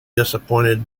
disappointed